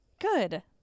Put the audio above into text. Good